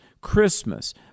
Christmas